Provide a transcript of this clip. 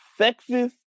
sexist